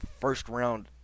first-round